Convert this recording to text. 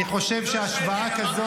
אני חושב שהשוואה כזאת --- לא השוויתי.